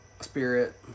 Spirit